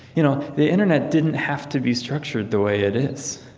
you know the internet didn't have to be structured the way it is.